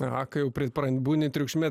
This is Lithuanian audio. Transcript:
aha kai jau pripran būni triukšme